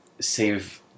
save